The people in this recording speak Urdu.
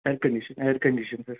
ایئر کنڈیشن ایئر کنڈیشن ہے سر